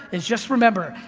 is just remember,